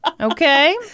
Okay